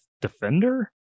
defender